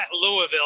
Louisville